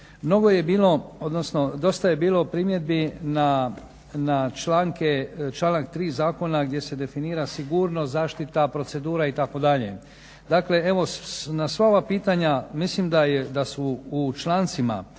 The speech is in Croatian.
Mnogo je bilo, odnosno dosta je bilo primjedbi na članak 3. Zakona gdje se definira sigurnost, zaštita, procedura itd. Dakle, evo na sva ova pitanja mislim da su u člancima,